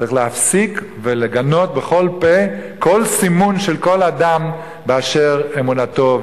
צריך להפסיק ולגנות בכל פה כל סימון של כל אדם בשל אמונתו,